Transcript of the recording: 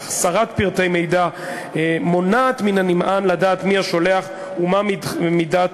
החסרת פרטי מידע מונעת מן הנמען לדעת מי השולח ומה מידת